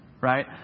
Right